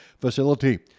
facility